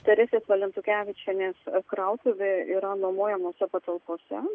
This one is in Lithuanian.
teresės valentukevičienės krautuvė yra nuomojamose patalpose